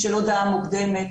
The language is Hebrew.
של הודעה מוקדמת,